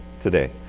today